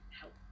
help